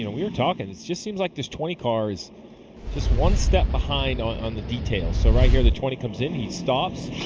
you know we were talking. just seems like this twenty car is just one step behind on on the details. so right here the twenty comes in, he stops.